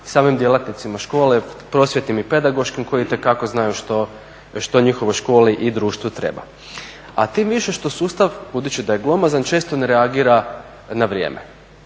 samim djelatnicima škole, prosvjetnim i pedagoškim koji itekako znaju što njihovoj školi i društvu treba. a tim više što sustav, budući da je glomazan, često ne reagira na vrijeme